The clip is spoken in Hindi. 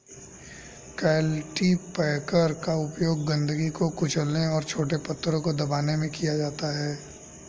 कल्टीपैकर का उपयोग गंदगी को कुचलने और छोटे पत्थरों को दबाने में किया जाता है